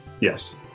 yes